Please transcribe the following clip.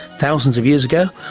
thousands of years ago,